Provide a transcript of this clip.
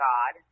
God